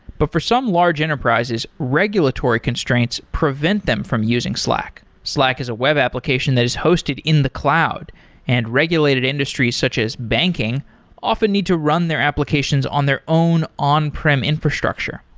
but for some large enterprises, regulatory constraints prevent them from using slack. slack is a web application that is hosted in the cloud and regulated industries such as banking often need to run their applications on their own on prem infrastructure.